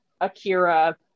Akira